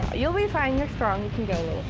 you'll be fine. you're strong, you can go